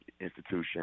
institution